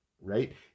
right